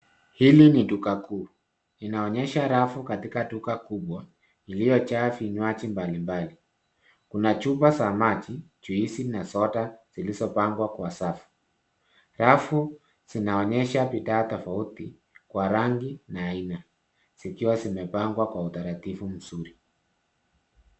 Hili ni duka kuu. Inaonyesha rafu katika duka kubwa iliyojaa vinywaji mbali mbali. Kuna chupa za maji, juisi na soda zilizopangwa kwa safu. Rafu zinaonyesha bidhaa tofauti, kwa rangi na aina, zikiwa zimepangwa kwa utaratibu mzuri.